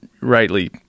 rightly